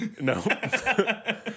No